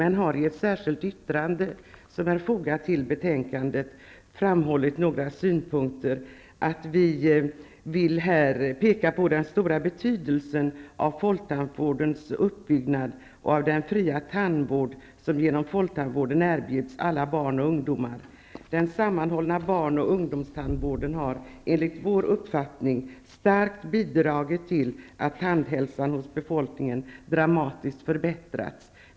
I ett särskilt yttrande bifogat till betänkandet har vi framhållit ''den stora betydelsen av folktandvårdens uppbyggnad och av den fria tandvård som genom folktandvården erbjuds alla barn och ungdomar. Den sammanhållna barn och ungdomstandvården har enligt vår uppfattning starkt bidragit till att tandhälsan hos befolkningen dramatiskt förbättrats.